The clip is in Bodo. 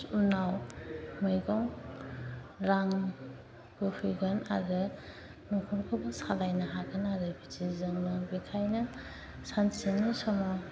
उनाव मैगं रांबो हैगोन आरो न'खरखौबो सालायनो हागोन आरो बिदि जोङो बेनिखायनो सानसेनि समाव